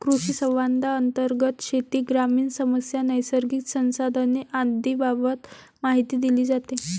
कृषिसंवादांतर्गत शेती, ग्रामीण समस्या, नैसर्गिक संसाधने आदींबाबत माहिती दिली जाते